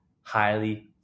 highly